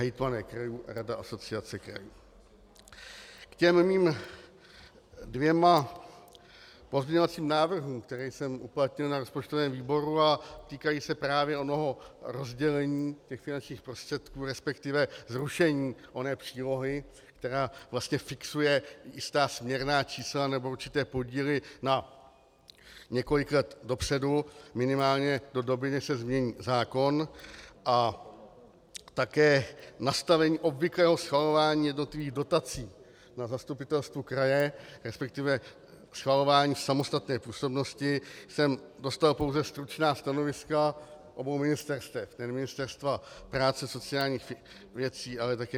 K svým dvěma pozměňovacím návrhům, které jsem uplatnil na rozpočtovém výboru a které se týkají právě onoho rozdělení finančních prostředků, resp. zrušení oné přílohy, která fixuje jistá směrná čísla nebo určité podíly na několik let dopředu, minimálně do doby, než se změní zákon, a také nastavení obvyklého schvalování jednotlivých dotací na zastupitelstvu kraje, resp. schvalování samostatné působnosti, jsem dostal pouze stručná stanoviska obou ministerstev, nejen Ministerstva práce a sociálních věcí, ale také Ministerstva financí.